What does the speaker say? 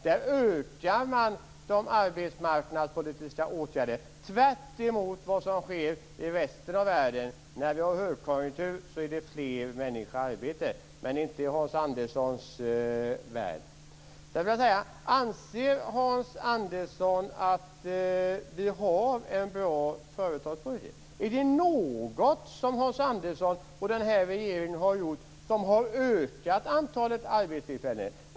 Man ökar de arbetsmarknadspolitiska åtgärderna, tvärtemot vad som sker i resten av världen. När vi har högkonjunktur är det fler människor i arbete, men inte i Hans Anderssons värld. Anser Hans Andersson att vi har en bra företagspolitik? Är det något som Hans Andersson och den här regeringen har gjort som har ökat antalet arbetstillfällen?